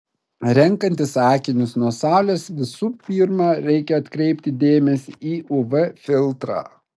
renkantis akinius nuo saulės visų pirma reikia atkreipti dėmesį į uv filtrą